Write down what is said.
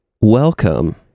welcome